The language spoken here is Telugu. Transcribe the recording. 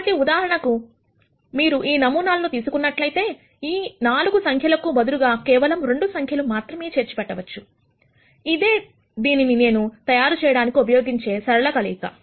కాబట్టి ఉదాహరణకు మీరు ఈ నమూనాలు తీసుకున్నట్లయితే ఈ 4 సంఖ్యలకు బదులుగా కేవలము 2 సంఖ్య లు మాత్రమే చేర్చిపెట్టవచ్చు ఇదే దీనిని నేను తయారుచేయడానికి ఉపయోగించే సరళ కలయిక